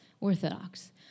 Orthodox